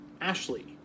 Ashley